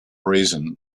reason